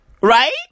Right